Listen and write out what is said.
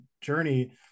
journey